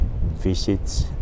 visits